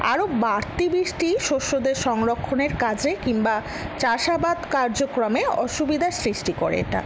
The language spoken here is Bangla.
আরও বাড়তি বৃষ্টি শস্যদের সংরক্ষণের কাজে কিংবা চাষাবাদ কার্যক্রমে অসুবিধার সৃষ্টি করে এটা